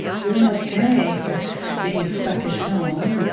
doing okay with being stuck at home,